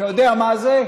אתה יודע מה זה?